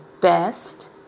best